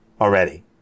already